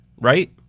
right